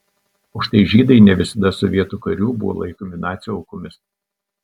o štai žydai ne visada sovietų karių buvo laikomi nacių aukomis